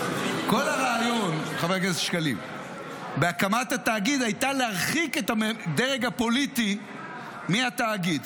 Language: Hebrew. כל הרעיון בהקמת התאגיד הייתה להרחיק את הדרג הפוליטי מהתאגיד,